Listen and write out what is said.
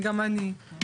גם אני לא.